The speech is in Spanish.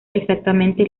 exactamente